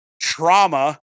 trauma